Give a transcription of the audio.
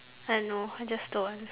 I don't know I just don't want